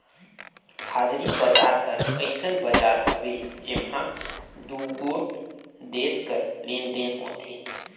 हाजरी बजार हर अइसन बजार हवे जेम्हां दुगोट देस कर लेन देन होथे